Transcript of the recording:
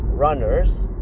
runners